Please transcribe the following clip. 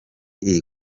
iri